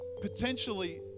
potentially